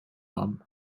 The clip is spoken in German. haben